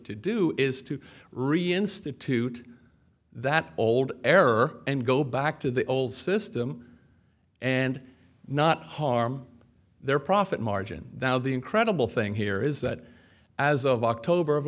to do is to reinstitute that old error and go back to the old system and not harm their profit margin now the incredible thing here is that as of october of